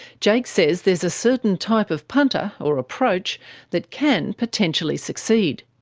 jake says there is a certain type of punter or approach that can potentially succeed.